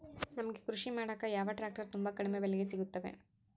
ನಮಗೆ ಕೃಷಿ ಮಾಡಾಕ ಯಾವ ಟ್ರ್ಯಾಕ್ಟರ್ ತುಂಬಾ ಕಡಿಮೆ ಬೆಲೆಗೆ ಸಿಗುತ್ತವೆ?